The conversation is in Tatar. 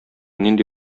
нинди